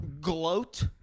gloat